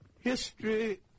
History